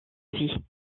vie